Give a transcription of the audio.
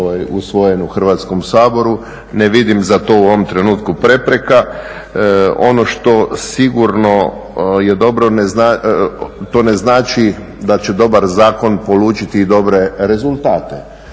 usvojen u Hrvatskom saboru. Ne vidim za to u ovom trenutku prepreka. Ono što sigurno je dobro, to ne znači da će dobar zakon polučiti i dobre rezultate.